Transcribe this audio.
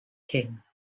king